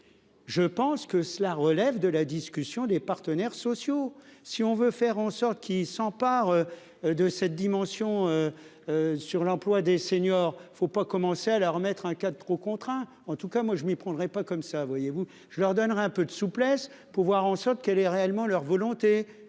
Je pense que cela relève de la discussion des partenaires sociaux, si on veut faire en sorte qu'ils s'emparent. De cette dimension. Sur l'emploi des seniors. Il ne faut pas commencer à le remettre un cadre trop contraint en tout cas moi je m'y prendrais pas comme ça, voyez-vous je leur donnerai un peu de souplesse pour voir en sorte qu'elle est réellement leur volonté